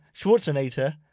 schwarzenegger